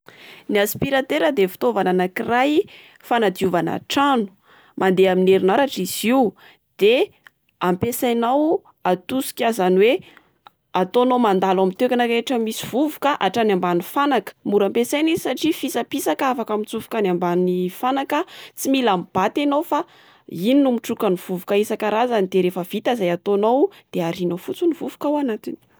Ny aspiratera de fitaovana anankiray, fanadiovana trano. Mandeha amin'ny herinaratra izy io. Dia ampiasainao atosika, izany hoe ataonao mandalo amin'ny toerana rehetra misy vovoka hatrany ambany fanaka. Mora ampiasaina izy satria fisapisaka afaka mitsofoka any ambanyfanaka. Tsy mila mibata enao fa iny no mitroka ny vovoka isankarazany. De rehefa vita izay ataonao de arianao fotsiny ny vovoka ao anatiny.